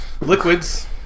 liquids